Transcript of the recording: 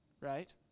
Right